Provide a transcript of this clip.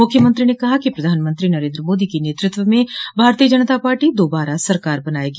मुख्यमंत्री ने कहा कि प्रधानमंत्री नरेन्द्र मोदी के नेतृत्व में भारतीय जनता पार्टी दोबारा सरकार बनायेगी